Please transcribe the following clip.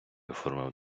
оформив